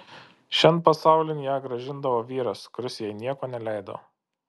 šian pasaulin ją grąžindavo vyras kuris jai nieko neleido